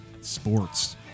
Sports